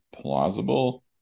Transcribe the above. plausible